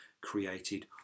created